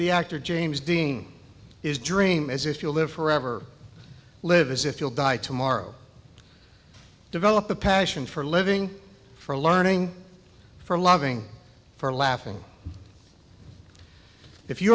he actor james dean is dream as if you'll live forever live as if you'll die tomorrow develop the passion for living for learning for loving for laughing if you